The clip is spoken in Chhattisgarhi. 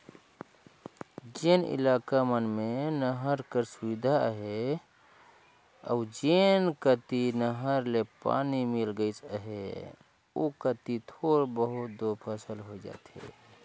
जेन इलाका मन में नहर कर सुबिधा अहे अउ जेन कती नहर ले पानी मिल गइस अहे ओ कती थोर बहुत दो फसिल होए जाथे